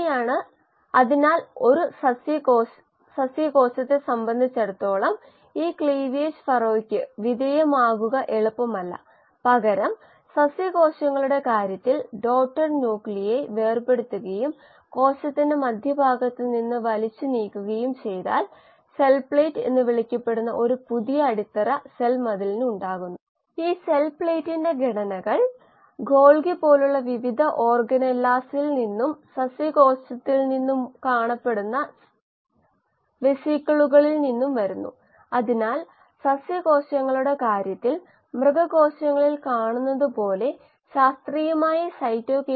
ഇവിടെ Xm എന്നത് പരമാവധി ഉൽപാദനക്ഷമത ഉണ്ടാകുമ്പോഴുള്ള ഔട്ട്ലെറ്റ് കോശ ഗാഢത